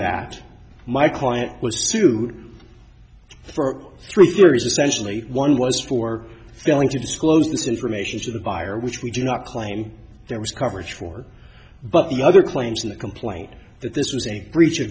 that my client was sued for three theories essentially one was for failing to disclose this information to the buyer which we do not claim there was coverage for but the other claims in the complaint that this was a breach